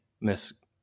Miss